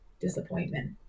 disappointment